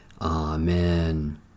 Amen